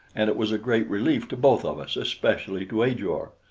and it was a great relief to both of us, especially to ajor.